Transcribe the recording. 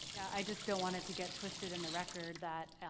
yeah, i just don't want it to get twisted in the record that,